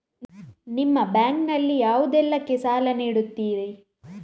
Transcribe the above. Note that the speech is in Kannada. ನಿಮ್ಮ ಬ್ಯಾಂಕ್ ನಲ್ಲಿ ಯಾವುದೇಲ್ಲಕ್ಕೆ ಸಾಲ ನೀಡುತ್ತಿರಿ?